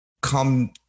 come